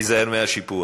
ותיזהר מהשיפוע.